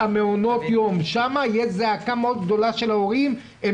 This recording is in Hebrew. גם ההתמודדות מול ההורים לא נעימה לנו.